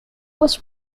was